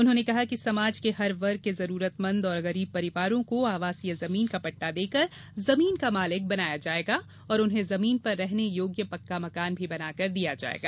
उन्होंने कहा कि समाज के हर वर्ग के जरूरतमंद और गरीब परिवारों को आवासीय जमीन का पट्टा देकर जमीन का मालिक बनाया जायेगा और उन्हें जमीन पर रहने योग्य पक्का मकान भी बनवा कर दिया जायेगा